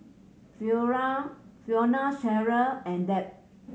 Fiona Fiona Cheryle and Deb